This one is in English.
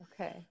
Okay